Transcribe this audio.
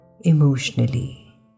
emotionally